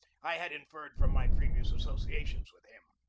i had inferred from my previous associations with him.